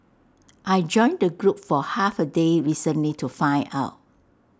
I joined the group for half A day recently to find out